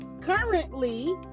currently